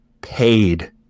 paid